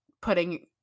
putting